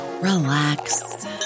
relax